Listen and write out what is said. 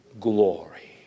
glory